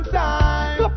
time